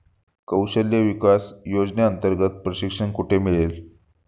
कौशल्य विकास योजनेअंतर्गत प्रशिक्षण कुठे मिळेल?